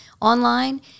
online